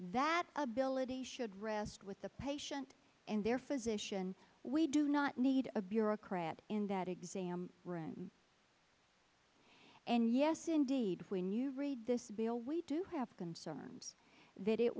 that ability should rest with the patient and their physician we do not need a bureaucrat in that exam and yes indeed when you read this bill we do have concerns that it